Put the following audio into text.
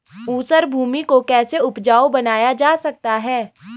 ऊसर भूमि को कैसे उपजाऊ बनाया जा सकता है?